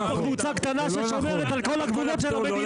האמת יש פה קבוצה קטנה ששומרת על כל הגבולות של המדינה.